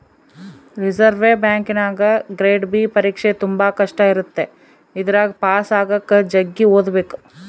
reserve ಬ್ಯಾಂಕಿನಗ grade B ಪರೀಕ್ಷೆ ತುಂಬಾ ಕಷ್ಟ ಇರುತ್ತೆ ಇದರಗ ಪಾಸು ಆಗಕ ಜಗ್ಗಿ ಓದಬೇಕು